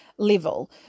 Level